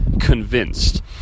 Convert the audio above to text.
convinced